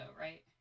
right